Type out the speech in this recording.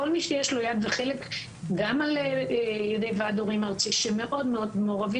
כל מי שיש לו יד וחלק גם על ידי ועד הורים ארצי שמאוד מעורבים,